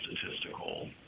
statistical